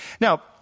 Now